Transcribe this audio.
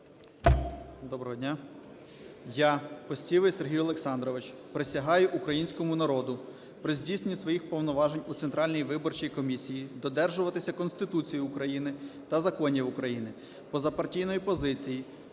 Доброго дня! Я, Постівий Сергій Олександрович, присягаю Українському народу при здійсненні своїх повноважень у Центральній виборчій комісії додержуватися Конституції України та законів України, позапартійної позиції,